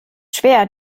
schwer